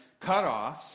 cutoffs